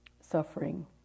suffering